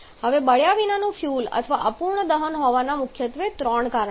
હવે બળ્યા વિનાનું ફ્યુઅલ અથવા અપૂર્ણ દહન હોવાના મુખ્યત્વે ત્રણ કારણો છે